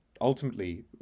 ultimately